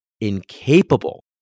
incapable